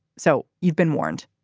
so you've been warned.